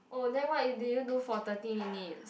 oh then what you did you do for thirty minutes